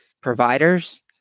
providers